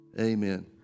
Amen